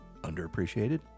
underappreciated